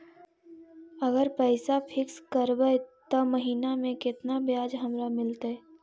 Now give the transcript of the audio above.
अगर पैसा फिक्स करबै त महिना मे केतना ब्याज हमरा मिलतै?